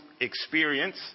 experience